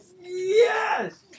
yes